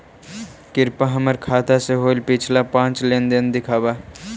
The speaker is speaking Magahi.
कृपा हमर खाता से होईल पिछला पाँच लेनदेन दिखाव